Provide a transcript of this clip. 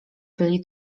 byli